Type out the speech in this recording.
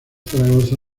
zaragoza